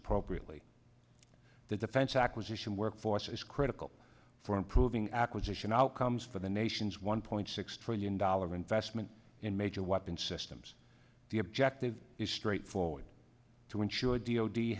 appropriately the defense acquisition workforce is critical for improving acquisition outcomes for the nation's one point six trillion dollar investment in major weapon systems the objective is straightforward to ensure d